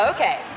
Okay